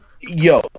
yo